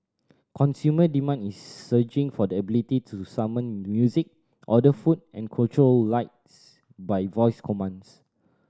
consumer demand is surging for the ability to summon music order food and control lights by voice commands